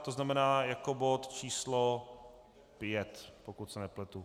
To znamená jako bod číslo 5, pokud se nepletu.